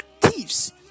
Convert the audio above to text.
thieves